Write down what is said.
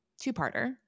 two-parter